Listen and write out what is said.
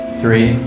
three